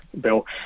bill